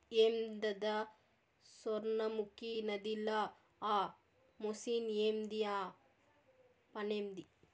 ఏందద సొర్ణముఖి నదిల ఆ మెషిన్ ఏంది ఆ పనేంది